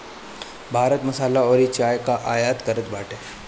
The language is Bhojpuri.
भारत मसाला अउरी चाय कअ आयत करत बाटे